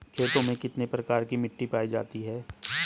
खेतों में कितने प्रकार की मिटी पायी जाती हैं?